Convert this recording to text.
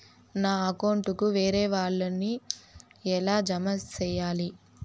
నా అకౌంట్ కు వేరే వాళ్ళ ని ఎలా జామ సేయాలి?